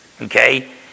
Okay